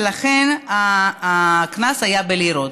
ולכן הקנס היה בלירות.